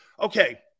Okay